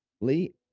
Lee